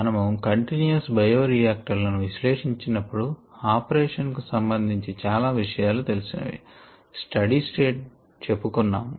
మనము continuous bio reactor లను విశ్లేషించినపుడు ఆపరేషన్ కు సంభందించి చాలా విషయాలు తెలిసినవి స్టడీ స్టేట్ చెప్పుకున్నాము